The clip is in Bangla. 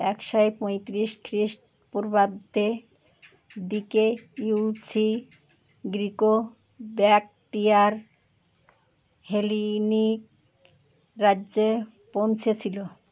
একশো পঁয়ত্রিশ খ্রিস্টপূর্বাব্দের দিকে ইউচি গ্রীক ও ব্যাক্ট্রিয়ার হেলেনিক রাজ্যে পৌঁছেছিল